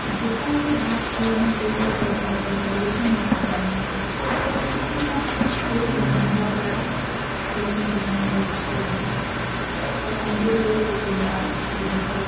दूसरा से बात करयमे कोइ भी प्रॉबल्मके सॉल्यूशन निकालयमे या किसीके साथ किछु होइ छै तऽ हमरा ओकरा सॉल्यूशनके निकालयमे बहुत अच्छा लगय छै आओर कमजोरी यही छै कि हमरा दोसरसँ